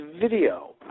video